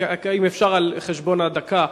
אם אפשר על-חשבון הדקה,